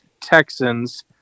Texans